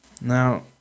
Now